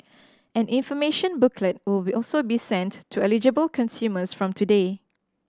an information booklet will be also be sent to eligible consumers from today